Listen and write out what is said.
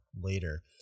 later